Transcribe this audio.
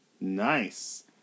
Nice